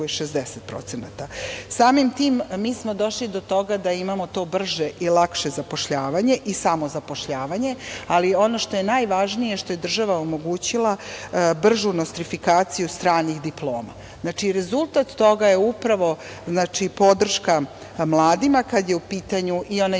60%.Samim tim, mi smo došli do toga da imamo to brže i lakše zapošljavanje i samozapošljavanje, ali ono što je najvažnije, što je država omogućila bržu nostrifikaciju stranih diploma. Znači, rezultat toga je upravo podrška mladima kada je u pitanju i onaj